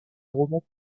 romans